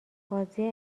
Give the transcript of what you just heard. بازی